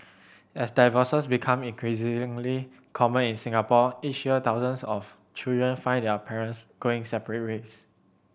as divorces become common in Singapore each year thousands of children find their parents going separate ways